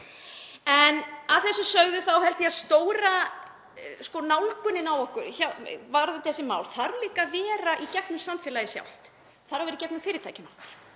En að þessu sögðu þá held ég að stóra nálgunin hjá okkur varðandi þessi mál þurfi líka að vera í gegnum samfélagið sjálft, í gegnum fyrirtækin okkar.